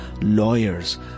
lawyers